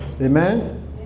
Amen